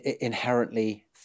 inherently